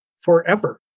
forever